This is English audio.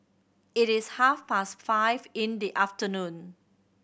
it is half past five in the afternoon